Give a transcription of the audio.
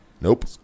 Nope